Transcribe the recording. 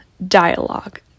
Dialogue